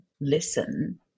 listen